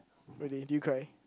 really did you cry